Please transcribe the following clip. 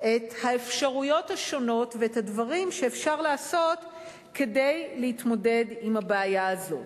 את האפשרויות השונות ואת הדברים שאפשר לעשות כדי להתמודד עם הבעיה הזאת.